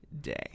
day